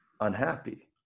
unhappy